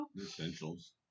Essentials